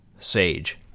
SAGE